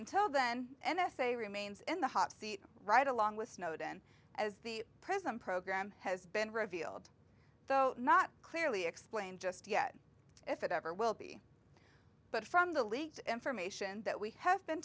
until then n s a remains in the hot seat right along with snowden as the prison program has been revealed though not clearly explain just yet if it ever will be but from the leaked information that we have been